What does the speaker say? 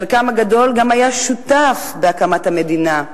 חלקם הגדול גם היה שותף בהקמת המדינה,